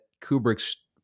Kubrick's